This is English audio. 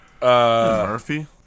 Murphy